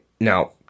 Now